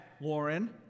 Lauren